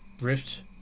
Rift